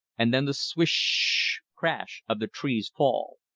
and then the swish-sh-sh crash of the tree's fall.